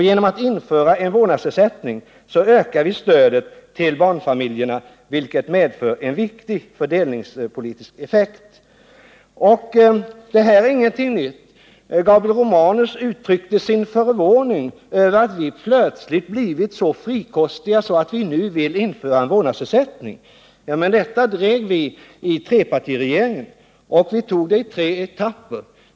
Genom att införa en vårdnadsersättning ökar vi stödet till barnfamiljerna, vilket medför en viktig fördelningspolitisk effekt. Detta är inte någonting nytt. Gabriel Romanus uttryckte sin förvåning över att vi plötsligt blivit så frikostiga att vi nu vill införa en vårdnadsersättning. Denna fråga drev vi redan i trepartiregeringen, men vi tog den i tre etapper.